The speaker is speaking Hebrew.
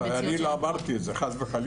אני לא אמרתי את זה, חס וחלילה.